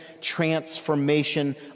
transformation